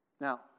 Now